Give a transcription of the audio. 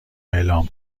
اعلام